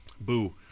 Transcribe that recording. Boo